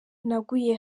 naguye